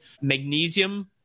Magnesium